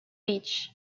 beach